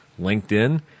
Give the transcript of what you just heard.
LinkedIn